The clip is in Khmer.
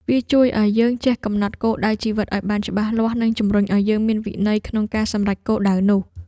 វាជួយឱ្យយើងចេះកំណត់គោលដៅជីវិតឱ្យបានច្បាស់លាស់ និងជំរុញឱ្យយើងមានវិន័យក្នុងការសម្រេចគោលដៅនោះ។